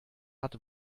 hat